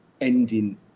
ending